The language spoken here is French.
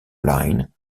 line